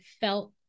felt